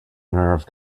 nerve